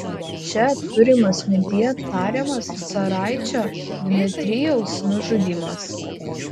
čia turimas mintyje tariamas caraičio dmitrijaus nužudymas